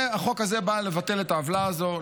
החוק הזה בא לבטל את העוולה הזאת,